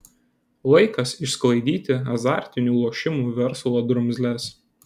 laikas išsklaidyti azartinių lošimų verslo drumzles